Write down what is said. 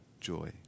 joy